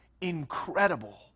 incredible